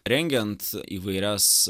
rengiant įvairias